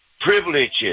privileges